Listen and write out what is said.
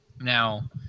Now